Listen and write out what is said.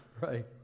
right